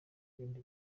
bindi